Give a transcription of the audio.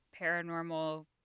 paranormal